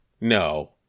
No